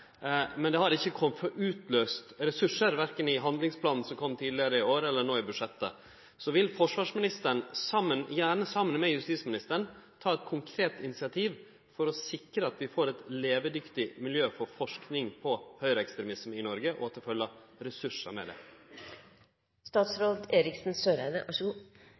Men det har ikkje utløyst ressursar, verken i handlingsplanen som kom tidlegare i år, eller no i budsjettet. Vil forsvarsministeren, gjerne saman med justisministeren, ta eit konkret initiativ for å sikre at vi får eit levedyktig miljø for forsking på høgreekstremisme i Noreg, og at det følgjer ressursar med